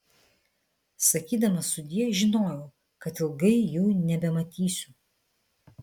sakydamas sudie žinojau kad ilgai jų nebematysiu